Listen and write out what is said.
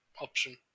option